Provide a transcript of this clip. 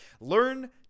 Learn